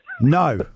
No